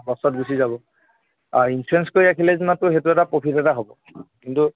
খৰচত গুচি যাব আৰু ইঞ্চুৰেঞ্চ কৰি ৰাখিলে যেনিবা তোৰ সেইটো এটা প্ৰফিট এটা হ'ব কিন্তু